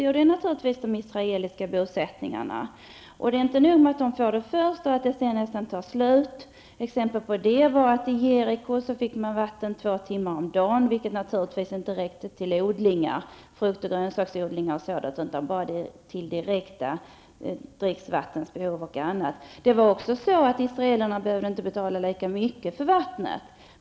Jo det är naturligtvis de israeliska bosättningarna. Det var inte nog med att de fick vatten först och att det sedan nästan tog slut -- exempel på det var att man i Jeriko fick vatten två timmar om dagen, vilket naturligtvis inte räckte till odling av frukt och grönsaker m.m. utan bara till dricksvattenbehovet och annat -- det var också så att israelerna inte behövde betala lika mycket för vattnet.